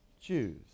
Jews